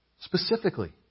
Specifically